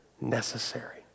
necessary